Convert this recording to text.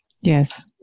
Yes